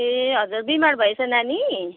ए हजुर बिमार भएछ नानी